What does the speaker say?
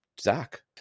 Zach